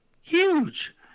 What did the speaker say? huge